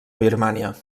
birmània